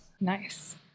Nice